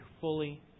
fully